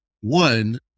One